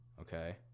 Okay